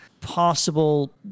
possible